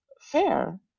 fair